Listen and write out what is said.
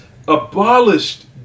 abolished